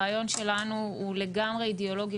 הרעיון שלנו הוא לגמרי אידיאולוגי,